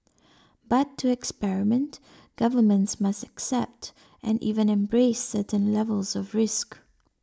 but to experiment governments must accept and even embrace certain levels of risk